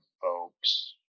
folks